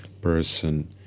person